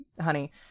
honey